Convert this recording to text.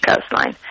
coastline